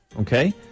Okay